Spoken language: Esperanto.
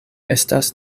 estas